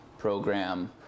Program